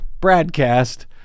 broadcast